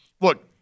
look